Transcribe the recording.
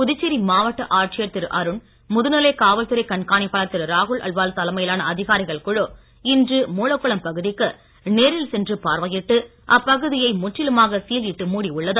புதுச்சேரி மாவட்ட ஆட்சியர் திரு அருண் முதுநிலை காவல்துறை கண்காணிப்பாளர் திரு ராகுல் அல்வால் தலைமையிலான அதிகாரிகள் குழு இன்று மூலக்குளம் பகுதிக்கு நேரில் சென்று பார்வையிட்டு அப்பகுதியை முற்றிலுமாக சீல் இட்டு மூடி உள்ளது